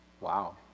Wow